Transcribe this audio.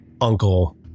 uncle